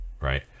right